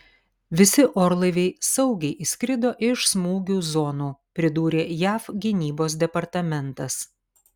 visi orlaiviai saugiai išskrido iš smūgių zonų pridūrė jav gynybos departamentas